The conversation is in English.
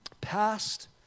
Past